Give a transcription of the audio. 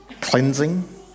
cleansing